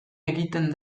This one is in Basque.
egiten